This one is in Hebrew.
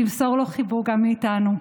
תמסור לו חיבוק גם מאיתנו.